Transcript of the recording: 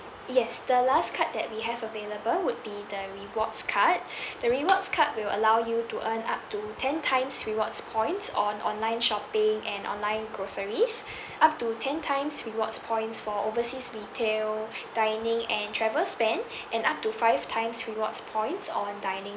yes the last card that we have available would be the rewards card the rewards card will allow you to earn up to ten times rewards points on online shopping and online groceries up to ten times rewards points for overseas retail dining and travel spend and up to five times rewards points on dining